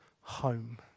home